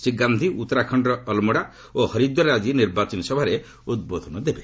ଶ୍ରୀ ଗାନ୍ଧି ଉତ୍ତରାଖଣ୍ଡର ଅଲ୍ମୋଡ଼ା ଓ ହରିଦ୍ୱାରରେ ଆକ୍କି ନିର୍ବାଚନୀ ସଭାରେ ଉଦ୍ବୋଧନ ଦେବେ